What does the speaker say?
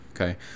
okay